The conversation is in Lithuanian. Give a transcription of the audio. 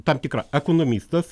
tam tikra ekonomistas